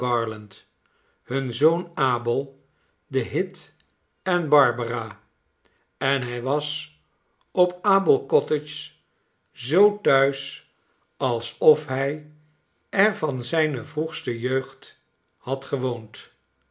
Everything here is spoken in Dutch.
hun zoon abel den hit en barbara en hij was op abel cottage zoo thuis alsof hij er van zijne vroegste jeugd had gewoond